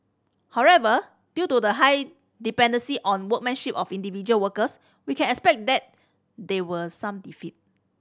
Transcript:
however due to the high dependency on workmanship of individual workers we can expect that there will some defect